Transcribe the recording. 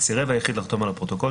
סירב היחיד לחתום על הפרוטוקול,